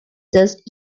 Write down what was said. just